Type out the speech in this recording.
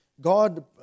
God